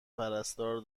پرستار